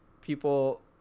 people